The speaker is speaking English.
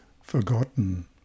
forgotten